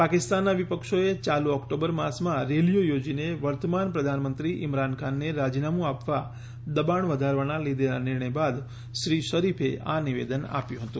પાકિસ્તાનનાં વિપક્ષોએ ચાલુ ઓકટોબર માસમાં રેલીઓ યોજીને વર્તમાન પ્રધાનમંત્રી ઈમરાનખાનને રાજીનામું આપવા દબાણ વધારવાનાં લીધેલા નિર્ણય બાદ શ્રી શરીફે આ નિવેદન આવ્યું હતું